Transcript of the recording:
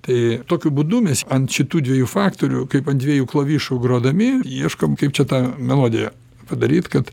tai tokiu būdu mes ant šitų dviejų faktorių kaip ant dviejų klavišų grodami ieškom kaip čia tą melodiją padaryt kad